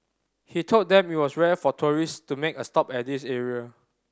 he told them it was rare for tourist to make a stop at this area